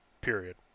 period